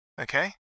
okay